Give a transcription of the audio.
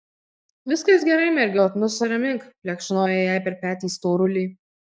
viskas gerai mergiot nusiramink plekšnojo jai per petį storulė